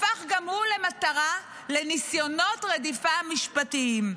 הפך גם הוא למטרה לניסיונות רדיפה משפטיים.